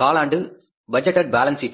காலாண்டு budgeted balance ஷீட்டில் இருக்கும்